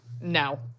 No